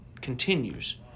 continues